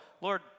Lord